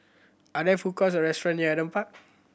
are there food courts or restaurant near Adam Park